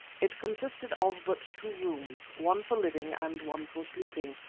it consisted of but two rooms, one for living and one for sleeping.